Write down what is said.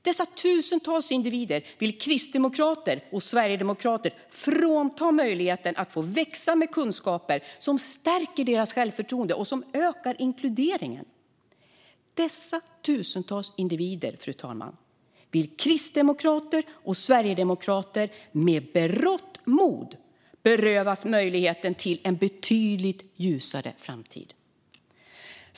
Dessa tusentals individer vill kristdemokrater och sverigedemokrater frånta möjligheten att växa med kunskaper som stärker deras självförtroende och som ökar inkluderingen. Dessa tusentals individer, fru talman, vill kristdemokrater och sverigedemokrater med berått mod beröva möjligheten till en betydligt ljusare framtid.